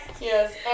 Yes